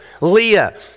Leah